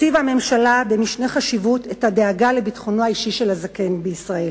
הציבה הממשלה במשנה חשיבות את הדאגה לביטחונו האישי של הזקן בישראל.